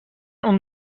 اون